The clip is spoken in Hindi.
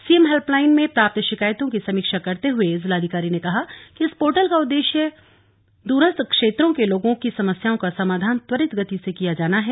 सीएम हेल्पलाईन में प्राप्त शिकायतों की समीक्षा करते हुए जिलाधिकारी ने कहा कि इस पोर्टल का मुख्य उद्देश्य दूरस्थ क्षेत्रों के लोगों की समस्याओं का समाधान त्वरित गति से किया जाना है